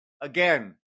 Again